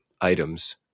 items